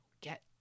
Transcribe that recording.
get